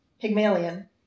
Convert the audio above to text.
Pygmalion